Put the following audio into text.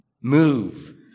move